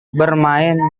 bermain